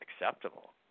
acceptable